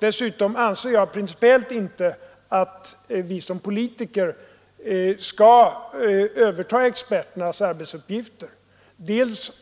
Dessutom anser jag principiellt inte att vi som politiker skall överta experternas arbetsuppgifter — dels